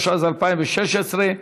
התשע"ז 2016,